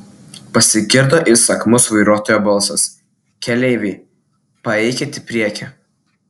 pasigirdo įsakmus vairuotojo balsas keleiviai paeikit į priekį